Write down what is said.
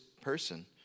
person